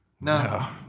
No